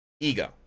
ego